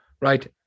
right